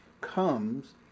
comes